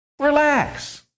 relax